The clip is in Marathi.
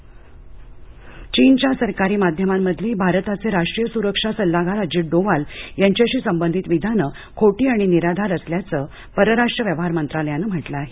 अजित डोवाल चीनच्या सरकारी माध्यमांमधली भारताचे राष्ट्रीय सुरक्षा सल्लागार अजित डोवाल यांच्याशी संबंधित विधानं खोटी आणि निराधार असल्याचं परराष्ट्र व्यवहार मंत्रालयानं म्हटलं आहे